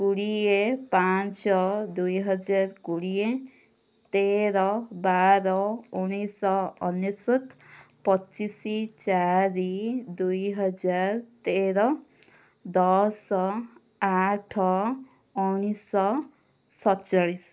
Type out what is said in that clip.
କୋଡ଼ିଏ ପାଞ୍ଚ ଦୁଇହଜାର କୋଡ଼ିଏ ତେର ବାର ଉଣେଇଶ ଅନେଶ୍ୱତ ପଚିଶ ଚାରି ଦୁଇହଜାର ତେର ଦଶ ଆଠ ଉଣେଇଶ ସତଚାଳିଶ